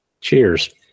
cheers